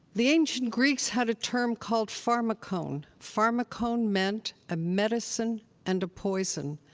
the ancient greeks had a term called pharmakon. pharmakon meant a medicine and a poison.